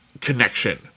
connection